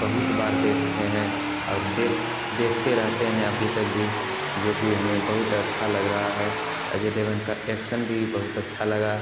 बहुत बार देखे हैं और देख देखते रहते हैं अभी तक भी जो कि हमें बहुत अच्छा लग रहा है अजय देवगन का एक्सन भी बहुत अच्छा लगा